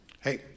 hey